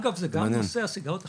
אגב, זה גם נושא הסיגריות החד-פעמיות,